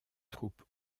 troupes